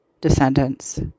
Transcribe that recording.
descendants